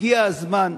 הגיע הזמן,